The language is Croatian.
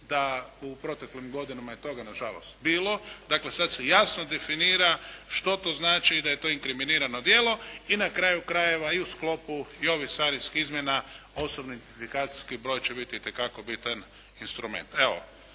da u proteklim godinama je toga nažalost bilo. Dakle, sad se jasno definira što to znači da je to inkriminirano djelo i na kraju krajeva i u sklopu i ovih carinskih izmjena osobni identifikacijski broj će biti itekako bitan instrument. Evo,